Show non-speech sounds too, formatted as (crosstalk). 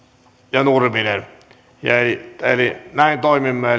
ja nurminen eli näin toimimme (unintelligible)